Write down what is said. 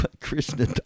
Krishna